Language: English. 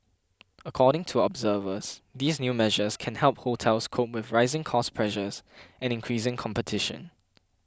according to observers these new measures can help hotels cope with rising cost pressures and increasing competition